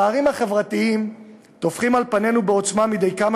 הפערים החברתיים טופחים על פנינו בעוצמה מדי כמה